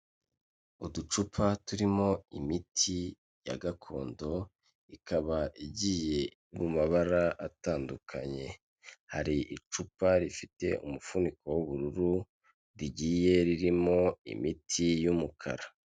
Uducupa turimo imiti ya gakondo ikaba igiye mu mabara atandukanye, hari icupa rifite umufuniko w'ubururu rigiye ririmo imiti y'umukara.